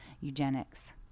Eugenics